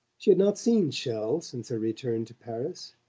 she had not seen chelles since her return to paris.